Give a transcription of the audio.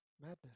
madness